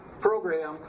program